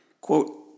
quote